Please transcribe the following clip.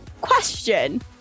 question